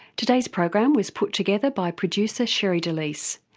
today's program was put together by producer sherre delys.